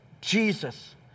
Jesus